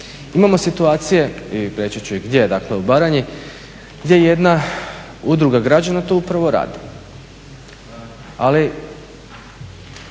Imamo situacije i reći ću i gdje, dakle u Baranji gdje jedna udruga građana upravo to radi. Ali